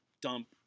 dump